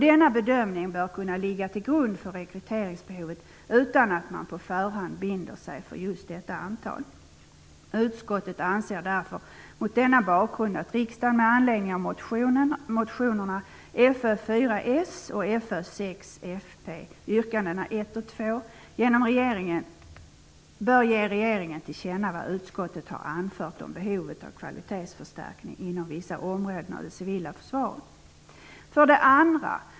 Denna bedömning bör kunna ligga till grund för rekryteringsbehovet utan att man på förhand binder sig för just detta antal. Utskottet anser därför mot denna bakgrund att riksdagen med anledning av motionerna Fö4 och Fö6 yrkandena 1 och 2 bör ge regeringen till känna vad utskottet har anfört om behovet av kvalitetsförstärkning inom vissa områden av det civila försvaret. För det andra.